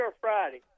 Friday